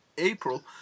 April